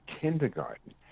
kindergarten